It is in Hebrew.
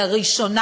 לראשונה,